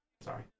sorry